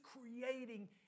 creating